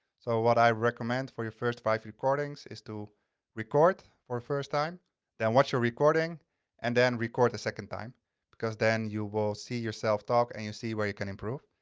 so what i recommend for your first five recordings is to record for first time then watch your recording and then record the second time because then you will see yourself talk and you see where you can improve.